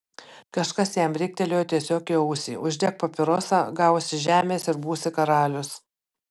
kažkas jam riktelėjo tiesiog į ausį uždek papirosą gausi žemės ir būsi karalius